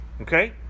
Okay